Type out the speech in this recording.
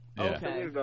Okay